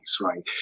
right